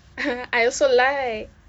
!huh! I also like